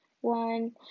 one